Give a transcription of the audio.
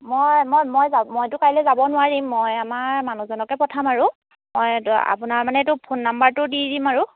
মই মই মই যা মইতো কাইলৈ যাব নোৱাৰিম মই আমাৰ মানুহজনকে পঠাম আৰু মই আপোনাৰ মানে এইটো ফোন নাম্বাৰটো দি দিম আৰু